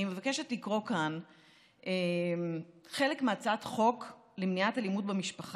אני מבקשת לקרוא כאן חלק מהצעת חוק שהונחה